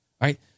Right